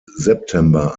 september